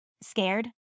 scared